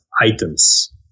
items